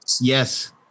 Yes